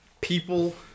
People